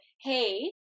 hey